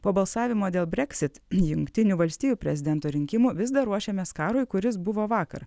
po balsavimo dėl breksit jungtinių valstijų prezidento rinkimų vis dar ruošiamės karui kuris buvo vakar